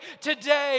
today